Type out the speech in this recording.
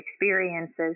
experiences